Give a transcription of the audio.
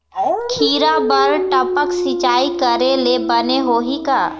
खिरा बर टपक सिचाई करे ले बने होही का?